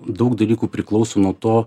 daug dalykų priklauso nuo to